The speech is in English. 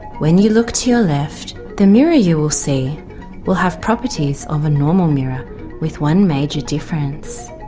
when you look to your left the mirror you will see will have properties of a normal mirror with one major difference.